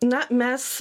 na mes